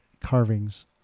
carvings